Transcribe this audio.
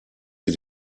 sie